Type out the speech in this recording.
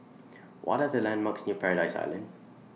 What Are The landmarks near Paradise Island